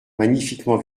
magnifiquement